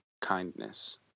kindness